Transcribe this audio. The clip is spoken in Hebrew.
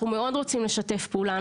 אנחנו מאוד רוצים לשתף פעולה.